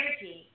energy